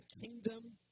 kingdom